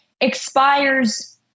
expires